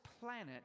planet